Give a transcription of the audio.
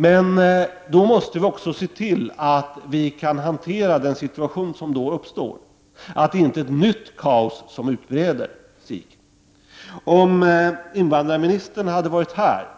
Men då måste vi också se till att vi kan hantera den situation som uppstår, så att inte ett nytt kaos utbreder sig. Om invandrarministern hade varit här,